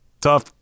tough